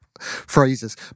phrases